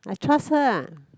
I trust her ah